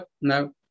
no